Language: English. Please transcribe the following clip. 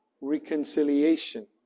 reconciliation